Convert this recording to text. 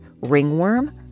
Ringworm